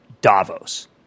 Davos